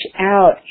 out